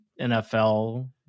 NFL